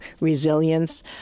resilience